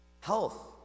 Health